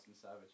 Savage